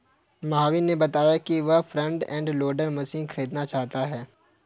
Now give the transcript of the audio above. महावीर ने बताया कि वह फ्रंट एंड लोडर मशीन खरीदना चाहता है